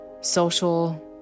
social